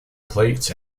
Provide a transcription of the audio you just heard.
plate